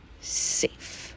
safe